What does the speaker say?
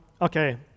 Okay